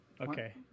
okay